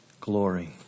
Glory